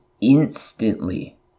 instantly